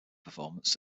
performance